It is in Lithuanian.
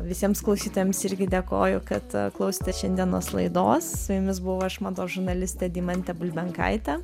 visiems klausytojams irgi dėkoju kad klausėtės šiandienos laidos su jumis buvau aš mados žurnalistė deimantė bulbenkaitė